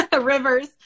rivers